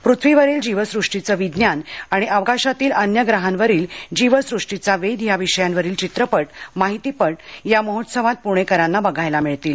पृथ्वीवरील जीवसृष्टीचं विज्ञान आणि अवकाशातील अन्य ग्रहांवरील जीवसृष्टीचा वेध या विषयांवरील चित्रपटमाहितीपट या महोत्सवात पुणेकरांना बघायला मिळतील